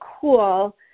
cool